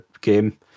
game